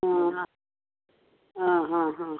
ആ ആ ആ ആ